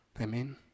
Amen